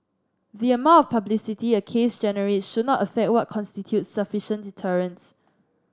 the amount of publicity a case generate should not affect what constitutes sufficient deterrence